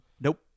nope